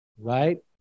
Right